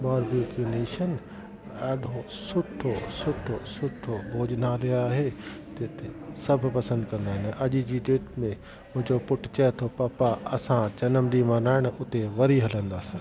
barbecue Nation ॾाढो सुठो सुठो सुठो भोजनालय आहे सभु पसंदि कंदा आहिनि अॼु जी डेट में मुंहिंजो पुट चए थो पापा असां जनम ॾींहुं मल्हाइण उते वरी हलंदा